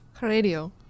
radio